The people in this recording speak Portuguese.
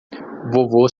vovô